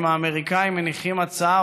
אם האמריקנים מניחים הצעה,